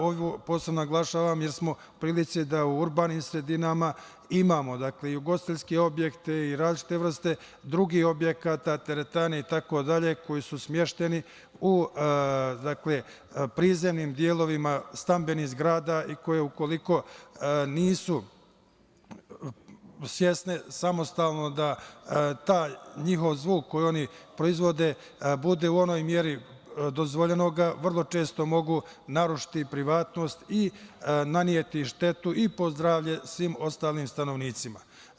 Ovo posebno naglašavam, jer smo u prilici da u urbanim sredinama imamo i ugostiteljske objekte i različite vrste drugih objekata, teretane itd, koji su smešteni u prizemnim delovima stambenih zgrada i koje ukoliko nisu svesne samostalno da taj njihov zvuk, koji proizvode bude u onoj meri dozvoljenoga, vrlo često može narušiti privatnost i naneti štetu i po zdravlje svim ostalim stanovnicima.